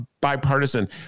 bipartisan